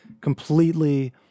completely